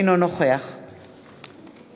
אינו נוכח תודה.